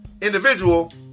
individual